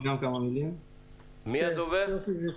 יוסי זיסקינד,